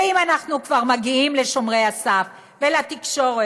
ואם אנחנו כבר מגיעים לשומרי הסף ולתקשורת,